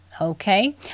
Okay